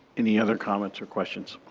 any other comments or questions?